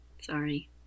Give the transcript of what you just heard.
sorry